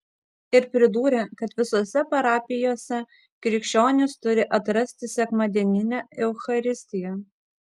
ir pridūrė kad visose parapijose krikščionys turi atrasti sekmadieninę eucharistiją